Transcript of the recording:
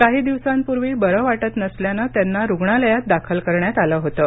काही दिवसांपूर्वी बरं वाटत नसल्यानं त्यांना रुग्णालयात दाखल करण्यात आलंहोतं